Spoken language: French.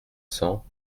cents